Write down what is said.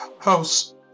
house